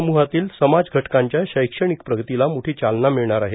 सम्हातील समाजघटकांच्या शैक्षणिक प्रगतीला मोठी चालना मिळणार आहे